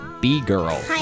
B-Girl